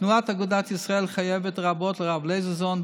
תנועת אגודת ישראל חייבת רבות לרב לייזרזון.